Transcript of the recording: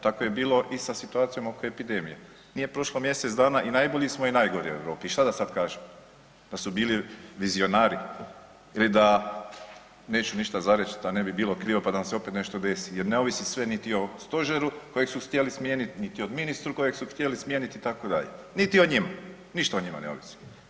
Tako je bilo i sa situacijom oko epidemije, nije prošlo mjesec dana i najbolji smo i najgori u Europi i šta sad da kažem da su bili vizionari ili da, neću ništa zareć da ne bi bilo krivo pa da nam se opet nešto desi jer ne ovisi sve niti o stožeru kojeg su htjeli smijenit, niti o ministru kojeg su htjeli smijenit itd., niti o njima, ništa o njima ne ovisi.